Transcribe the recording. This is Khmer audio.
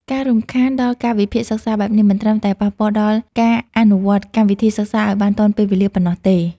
ការរំខានដល់កាលវិភាគសិក្សាបែបនេះ មិនត្រឹមតែប៉ះពាល់ដល់ការអនុវត្តកម្មវិធីសិក្សាឱ្យបានទាន់ពេលវេលាប៉ុណ្ណោះទេ។